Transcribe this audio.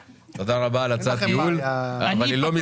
תודה רבה על הצעת הייעול, אבל היא לא מתקבלת.